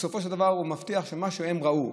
בסופו של דבר הוא מבטיח שמה שהם ראו,